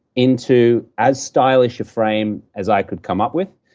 into as stylish a frame as i could come up with.